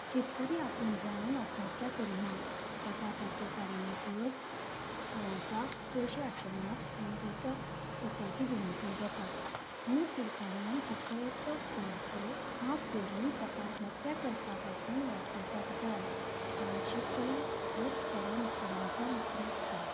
शेतकरी आपूण जावन आत्महत्त्या करिनात ताका ताचे काडिल्लें कर्ज पावोवपाक पयशे आसनात आनी तर ठोकाचे भुमिकाची घेतात म्हणून सरकारान शेतकारांच्यो खर्चो माफ करून ताका आत्महत्त्या करपा पसून वाचोवपाक जाय कारण शेतकरी होच खरो निसर्गाचो मित्र आसता